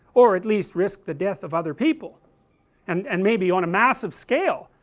or at least risk the death of other people and and maybe on a massive scale,